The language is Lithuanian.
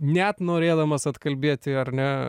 net norėdamas atkalbėti ar ne